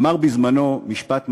אמר בזמנו משפט מדהים: